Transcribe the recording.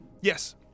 Yes